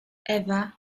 ewa